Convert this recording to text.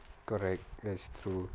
correct that's true